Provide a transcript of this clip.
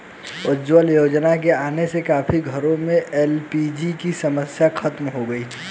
उज्ज्वला योजना के आने से काफी घरों में एल.पी.जी की समस्या खत्म हो गई